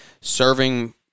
serving